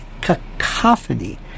cacophony